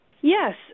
Yes